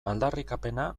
aldarrikapena